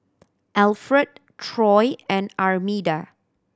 Alfred Troy and Armida